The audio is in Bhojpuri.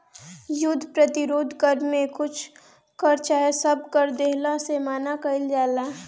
युद्ध प्रतिरोध कर में कुछ कर चाहे सब कर देहला से मना कईल जाला